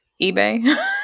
eBay